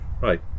Right